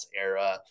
era